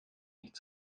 nicht